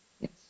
Yes